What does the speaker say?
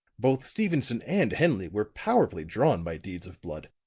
both stevenson and henley were powerfully drawn by deeds of blood.